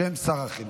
בשם שר החינוך.